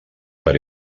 per